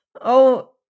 Oh